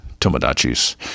Tomodachi's